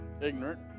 ignorant